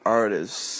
artists